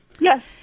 Yes